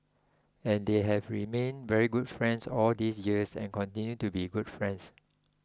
and they have remained very good friends all these years and continue to be good friends